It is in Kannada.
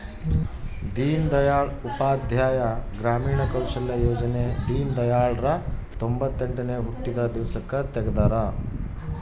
ದೀನ್ ದಯಾಳ್ ಉಪಾಧ್ಯಾಯ ಗ್ರಾಮೀಣ ಕೌಶಲ್ಯ ಯೋಜನೆ ದೀನ್ದಯಾಳ್ ರ ತೊಂಬೊತ್ತೆಂಟನೇ ಹುಟ್ಟಿದ ದಿವ್ಸಕ್ ತೆಗ್ದರ